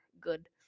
Good